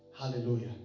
Hallelujah